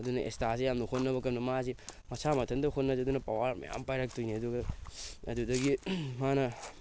ꯑꯗꯨꯅ ꯑꯦꯁꯇꯥꯁꯤ ꯌꯥꯝꯅ ꯍꯣꯠꯅꯕ ꯃꯥꯁꯦ ꯃꯁꯥ ꯃꯊꯟꯇ ꯍꯣꯠꯅꯖꯗꯨꯅ ꯄꯋꯥꯔ ꯃꯌꯥꯝ ꯄꯥꯏꯔꯛꯇꯣꯏꯅꯤ ꯑꯗꯨꯒ ꯑꯗꯨꯗꯒꯤ ꯃꯥꯅ